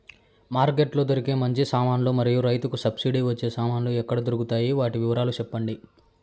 Market లో దొరికే మంచి సామాన్లు మరియు రైతుకు సబ్సిడి వచ్చే సామాన్లు ఎక్కడ దొరుకుతాయి? వాటి వివరాలు సెప్పండి?